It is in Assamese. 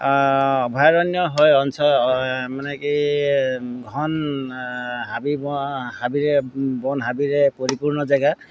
অভয়াৰণ্য হয় অঞ্চল মানে কি ঘন হাবি হাবিৰে বন হাবিৰে পৰিপূৰ্ণ জেগা